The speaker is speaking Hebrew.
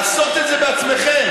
לעשות את זה בעצמכם,